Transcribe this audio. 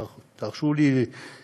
לפחות אותי, תרשו לי להגיד,